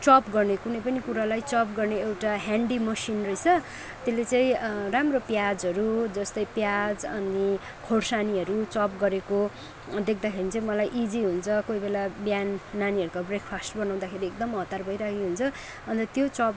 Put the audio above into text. chop गर्ने कुनै पनि कुरालाई चप गर्ने एउटा ह्यान्डी मसिन रहेछ त्यसले चाहिँ राम्रो प्याजहरू जस्तै प्याज अनि खोर्सानीहरू चप गरेको देख्दाखेरि चाहिँ मलाई इजी हुन्छ कही बेला बिहान नानीहरूको ब्रेक फास्ट बनाउँदाखेरि एकदम हतार भइरहेको हुन्छ अन्त त्यो चप